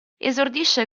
esordisce